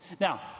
Now